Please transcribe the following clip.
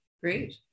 great